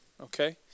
okay